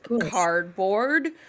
cardboard